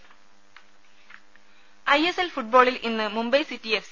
ഥഥ ISL ഫുട്ബോളിൽ ഇന്ന് Mumbai city F